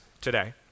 today